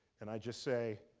and i just say,